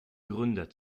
gründer